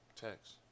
Text